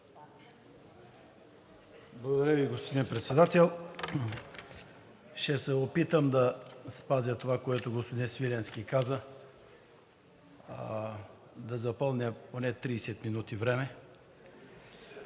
Благодаря Ви, господин Председател. Ще се опитам да спазя това, което господин Свиленски каза, да запълня поне 30 минути време,